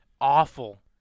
Awful